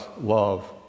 love